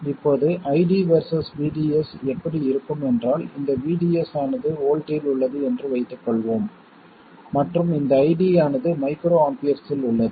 இப்போது ID versus VDS எப்படி இருக்கும் என்றால் இந்த VDS ஆனது வோல்ட்டில் உள்ளது என்று வைத்துக்கொள்வோம் மற்றும் இந்த ID ஆனது மைக்ரோஆம்பியர்ஸில் உள்ளது